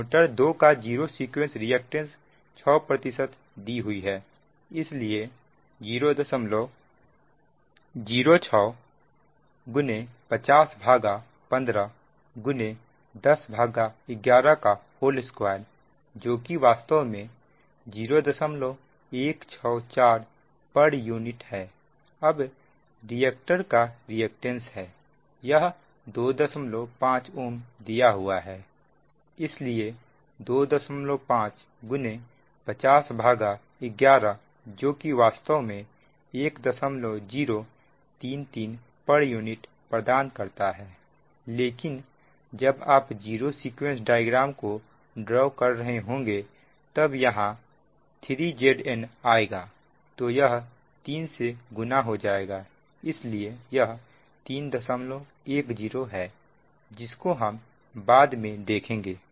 motor 2 का zero sequence reactance 6 दी हुई है इसलिए 006 50 15 10112जो कि वास्तव में 0164 pu है अब रिएक्टर का रिएक्टेंस है यह 25 Ω दिया हुआ है इसलिए 25 50 112जो कि वास्तव में 1033 pu प्रदान करता है लेकिन जब आप जीरो सीक्वेंस डायग्राम को ड्रॉ कर रहे होंगे तब यहां 3 Zn आएगा तो यह 3 से गुना हो जाएगा इसलिए यह 310 है जिसको हम बाद में देखेंगे